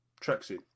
tracksuit